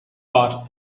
past